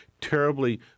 terribly